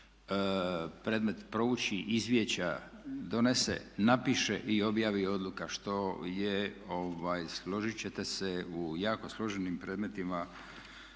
predmet prouči, izvješća donesu, napišu i objavi odluka što je složit ćete se u jako složenim predmetima